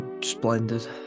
splendid